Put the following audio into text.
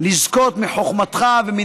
ולזכות מחוכמתך.